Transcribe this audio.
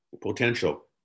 potential